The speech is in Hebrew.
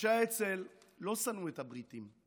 אנשי האצ"ל לא שנאו את הבריטים,